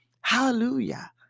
Hallelujah